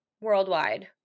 worldwide